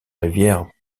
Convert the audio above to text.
rivière